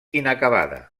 inacabada